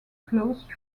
closed